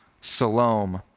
Salome